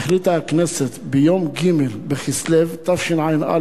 החליטה הכנסת ביום ג' בכסלו תשע"א,